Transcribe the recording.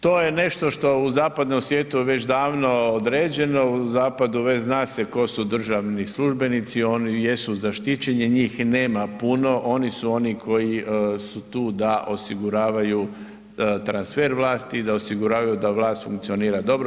To je nešto što u zapadnom svijetu već davno određeno, u zapadu već zna se tko su državni službenici oni jesu zaštićeni, njih nema puno, oni su oni koju su tu da osiguravaju transfer vlasti i da osiguravaju da vlast funkcionira dobro.